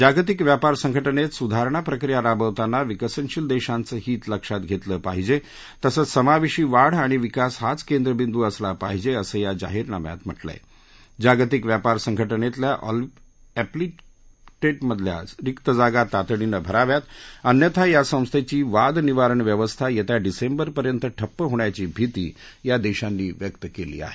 जागतिक व्यापार संघटनेत सुधारणा प्रक्रिया राबवताना विकसनशील देशांचं हित लक्षात घेतलं पाहिजे तसंच समावेशी वाढ आणि विकास हाच केंद्रबिंदू असला पाहिजे असं या जाहीरनाम्यात म्हटलंय जागतिक व्यापार संघटनेच्या अँपिलेटमधल्या रिक्त जागा तातडीनं भराव्यात अन्यथा या संस्थेची वाद निवारण व्यवस्था येत्या डिसेबरपर्यंत ठप्प होण्याची भीती या देशांनी व्यक्त केली आहे